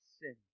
sin